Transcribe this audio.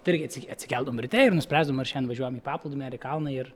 tai irgi atsikeldavom ryte ir nuspręsdavom ar šiandien važiuojam į paplūdimį ar į kalną ir